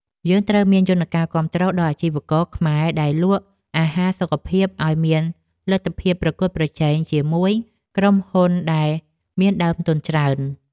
យើងត្រូវមានយន្តការគាំទ្រដល់អាជីវករខ្មែរដែលលក់អាហារសុខភាពឲ្យមានលទ្ធភាពប្រកួតប្រជែងជាមួយក្រុមហ៊ុនដែលមានដើមទុនច្រើន។